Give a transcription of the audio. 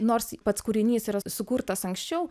nors pats kūrinys yra sukurtas anksčiau